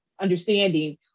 understanding